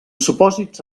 supòsits